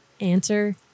answer